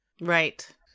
Right